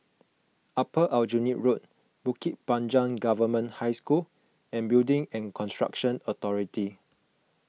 Upper Aljunied Road Bukit Panjang Government High School and Building and Construction Authority